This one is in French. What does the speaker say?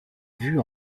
vue